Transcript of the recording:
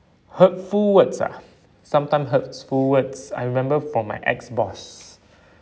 hurtful words ah sometime hurtful words I remember from my ex boss